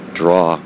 draw